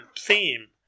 theme